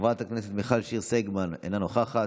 חברת הכנסת מיכל שיר סגמן, אינה נוכחת,